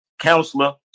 counselor